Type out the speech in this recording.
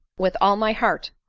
with all my heart,